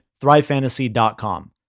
thrivefantasy.com